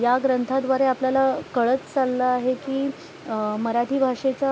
या ग्रंथाद्वारे आपल्याला कळत चाललं आहे की मराठी भाषेचा